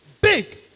Big